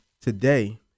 today